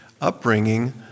upbringing